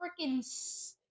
freaking